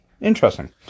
Interesting